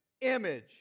image